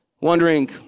wondering